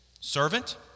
Servant